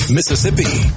Mississippi